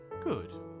Good